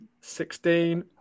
Sixteen